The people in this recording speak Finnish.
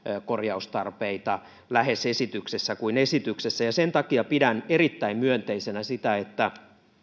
korjaustarpeita lähes esityksessä kuin esityksessä ja sen takia pidän erittäin myönteisenä sitä että